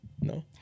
no